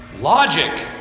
Logic